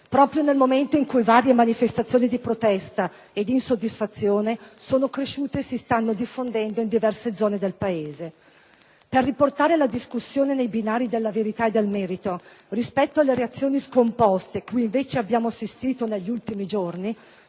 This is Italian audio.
proprio nel momento in cui varie manifestazioni di protesta e di insoddisfazione sono cresciute e si stanno diffondendo in diverse zone del Paese. Per riportare la discussione nei binari della verità e del merito, rispetto alle reazioni scomposte cui invece abbiamo assistito negli ultimi giorni